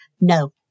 no